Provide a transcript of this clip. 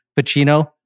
Pacino